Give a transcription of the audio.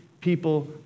people